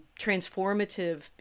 transformative